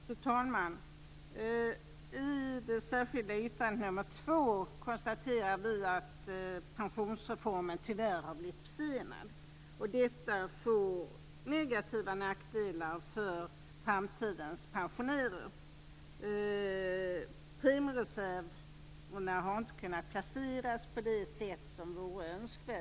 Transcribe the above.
Fru talman! I det särskilda yttrandet nr 2 konstaterar vi att pensionsreformen tyvärr har blivit försenad. Detta får nackdelar för framtidens pensionärer. Premiereserverna har inte kunnat placeras på det sätt som vore önskvärt.